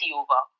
over